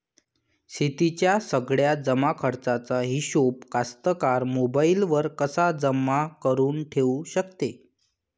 शेतीच्या सगळ्या जमाखर्चाचा हिशोब कास्तकार मोबाईलवर कसा जमा करुन ठेऊ शकते?